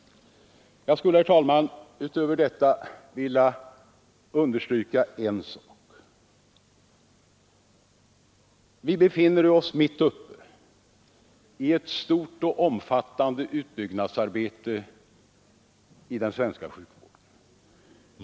Utöver detta skulle jag, herr talman, vilja understryka en sak. Vi befinner oss mitt uppe i ett stort och omfattande utbyggnadsarbete inom den svenska sjukvården.